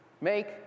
make